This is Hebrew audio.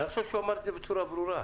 אני חושב שהוא אמר את זה בצורה ברורה.